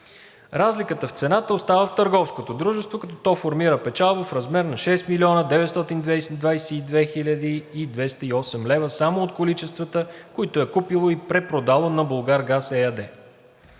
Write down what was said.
Разликата в цената остава в търговското дружество, като то формира печалба в размер на 6 922 208 лв. само от количествата, които е купило и препродало на „Булгаргаз“ ЕАД.